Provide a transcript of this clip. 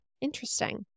interesting